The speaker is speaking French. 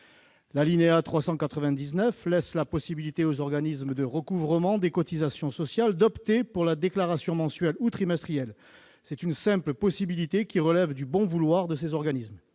L'alinéa 399 laisse la possibilité aux organismes de recouvrement des cotisations sociales d'opter pour la déclaration mensuelle ou trimestrielle. C'est une simple possibilité, qui relève du bon vouloir de ces organismes.